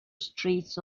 streets